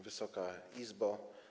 Wysoka Izbo!